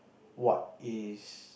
what is